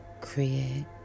create